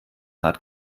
hat